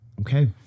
Okay